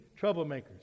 troublemakers